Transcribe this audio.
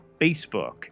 Facebook